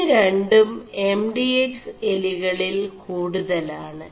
ഇതു രും M D X എലികളിൽ കൂടുതലാണ്